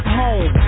home